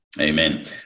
Amen